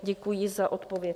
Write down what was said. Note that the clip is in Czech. Děkuji za odpověď.